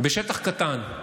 בשטח קטן.